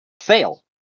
Fail